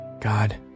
God